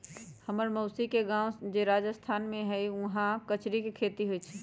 हम्मर मउसी के गाव जे राजस्थान में हई उहाँ कचरी के खेती होई छई